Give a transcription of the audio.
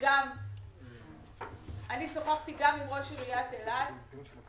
בעניין וכמובן אני אתן לראש העיר שאני מקדם אותך